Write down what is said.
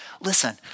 listen